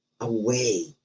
away